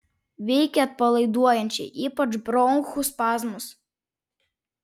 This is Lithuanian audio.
veikia atpalaiduojančiai ypač bronchų spazmus